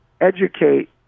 educate